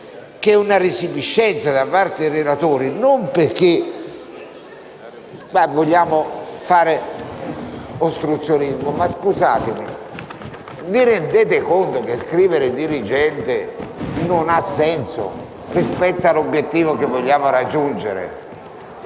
una resipiscenza da parte dei relatori e non perché vogliamo fare ostruzionismo. Vi rendete conto che scrivere la parola: «dirigente» non ha senso rispetto all'obiettivo che vogliamo raggiungere?